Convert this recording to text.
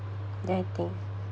then I think